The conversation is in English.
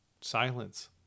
silence